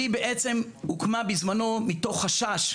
היא הוקמה בזמנו מתוך חשש,